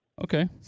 Okay